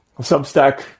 Substack